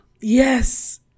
Yes